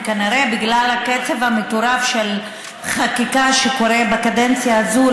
זה כנראה בגלל הקצב המטורף של חקיקה שקורית בקדנציה הזאת.